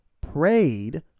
prayed